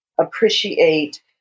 appreciate